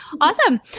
awesome